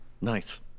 Nice